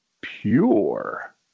pure